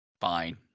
Fine